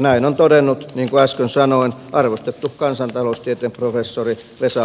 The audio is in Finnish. näin on todennut niin kuin äsken sanoin arvostettu kansantaloustieteen professori vesa kanniainen